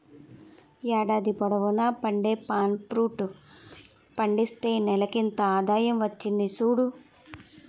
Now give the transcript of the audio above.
ఏడాది పొడువునా పండే పామ్ ఫ్రూట్ పండిస్తే నెలకింత ఆదాయం వచ్చింది సూడు